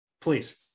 Please